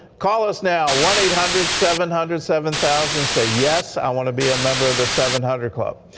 call us now, one eight hundred seven hundred seven thousand. say yes, i want to be a member of the seven hundred club.